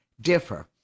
differ